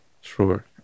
sure